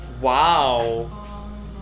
Wow